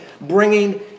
bringing